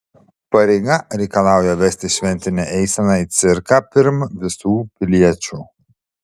pareiga reikalauja vesti šventinę eiseną į cirką pirm visų piliečių